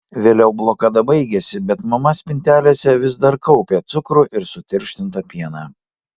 vėliau blokada baigėsi bet mama spintelėse vis dar kaupė cukrų ir sutirštintą pieną